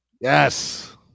Yes